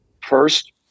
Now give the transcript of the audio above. first